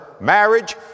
marriage